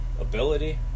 ability